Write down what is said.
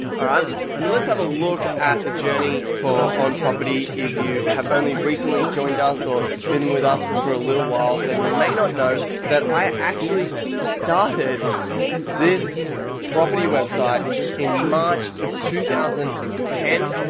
um so let's have a look at the journey for on property. if you have only recently joined us or been with us for a little while, then you may not know that i actually started this property website in march of two thousand and ten.